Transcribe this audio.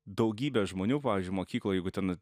daugybė žmonių pavyzdžiui mokykloj jeigu ten